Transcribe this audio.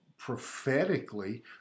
Prophetically